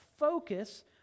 focus